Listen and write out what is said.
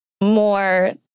more